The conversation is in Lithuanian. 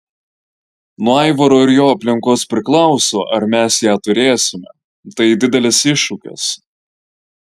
nuo aivaro ir jo aplinkos priklauso ar mes ją turėsime tai didelis iššūkis